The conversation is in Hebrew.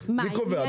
מי קובע?